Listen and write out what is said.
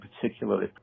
particularly